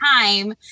time